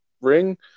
ring